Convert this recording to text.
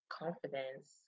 confidence